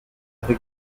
rue